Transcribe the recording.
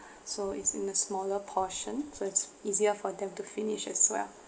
so it's in the smaller portion so it's easier for them to finish as well